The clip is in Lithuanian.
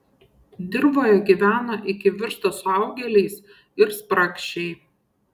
dirvoje gyvena iki virsta suaugėliais ir spragšiai